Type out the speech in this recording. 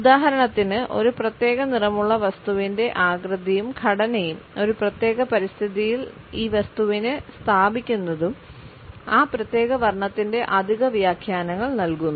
ഉദാഹരണത്തിന് ഒരു പ്രത്യേക നിറമുള്ള വസ്തുവിന്റെ ആകൃതിയും ഘടനയും ഒരു പ്രത്യേക പരിതസ്ഥിതിയിൽ ഈ വസ്തുവിനെ സ്ഥാപിക്കുന്നതും ആ പ്രത്യേക വർണ്ണത്തിന്റെ അധിക വ്യാഖ്യാനങ്ങൾ നൽകുന്നു